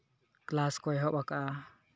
class ᱠᱚ ᱮᱦᱚᱵ ᱠᱟᱜᱼᱟ